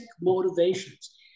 motivations